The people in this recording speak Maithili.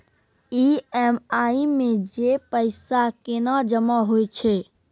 ई.एम.आई मे जे पैसा केना जमा होय छै?